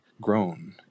grown